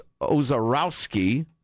Ozarowski